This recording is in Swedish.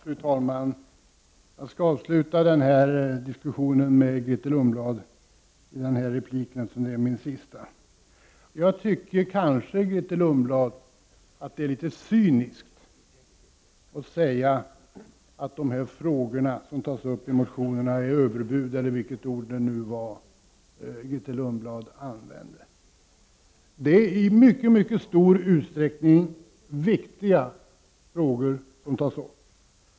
Fru talman! Jag skall avsluta min diskussion med Grethe Lundblad i den här repliken, eftersom det är min sista. Jag tycker att det är litet cyniskt att säga att de här frågorna som tas upp i motionerna innebär överbud — eller vilket ord det nu var som Grethe Lundblad använde. Det är i mycket stor utsträckning viktiga frågor som tas upp.